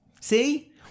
See